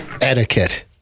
Etiquette